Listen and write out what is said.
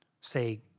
say